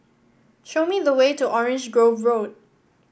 show me the way to Orange Grove Road